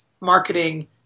marketing